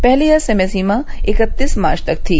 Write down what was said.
पहले यह समय सीमा इक्कतीस मार्च तक थी